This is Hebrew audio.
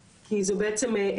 הוא צריך לשקף אותה בתלוש,